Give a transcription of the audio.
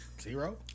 Zero